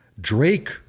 Drake